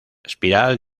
espiral